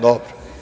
Dobro.